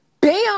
bam